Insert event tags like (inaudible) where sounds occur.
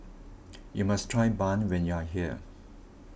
(noise) you must try Bun when you are here